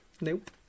nope